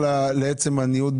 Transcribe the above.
משהו?